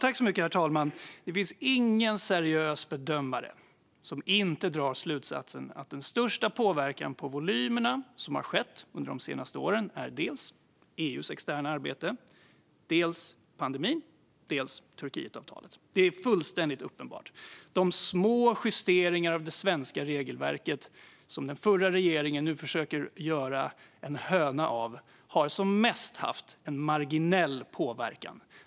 Herr talman! Det finns ingen seriös bedömare som inte drar slutsatsen att den största påverkan på volymerna som har skett under de senaste åren är dels EU:s externa arbete, dels pandemin, dels Turkietavtalet. Det är fullständigt uppenbart. De små justeringarna av det svenska regelverket är en fjäder som den förra regeringen nu försöker göra en höna av. De har som mest haft marginell påverkan.